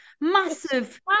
Massive